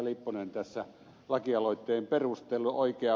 lipponen tämän lakialoitteen perustelee